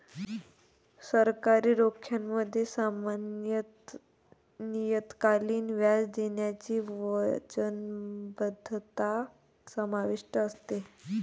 सरकारी रोख्यांमध्ये सामान्यत नियतकालिक व्याज देण्याची वचनबद्धता समाविष्ट असते